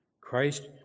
Christ